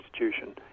institution